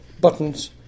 buttons